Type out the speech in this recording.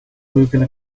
moving